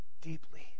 deeply